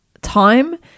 time